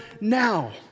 now